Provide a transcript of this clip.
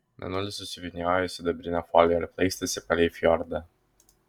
mėnulis susivyniojo į sidabrinę foliją ir plaikstėsi palei fjordą